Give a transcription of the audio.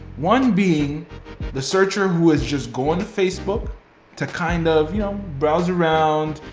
one being the searcher who is just going to facebook to kind of you know browse around,